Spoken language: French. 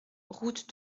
route